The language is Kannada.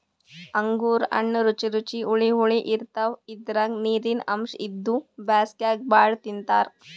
ಅಂಗೂರ್ ಹಣ್ಣ್ ರುಚಿ ರುಚಿ ಹುಳಿ ಹುಳಿ ಇರ್ತವ್ ಇದ್ರಾಗ್ ನೀರಿನ್ ಅಂಶ್ ಇದ್ದು ಬ್ಯಾಸ್ಗ್ಯಾಗ್ ಭಾಳ್ ತಿಂತಾರ್